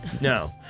No